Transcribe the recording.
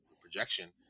projection